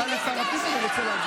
בושה, בושה, בושה.